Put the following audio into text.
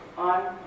On